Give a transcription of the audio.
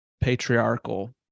patriarchal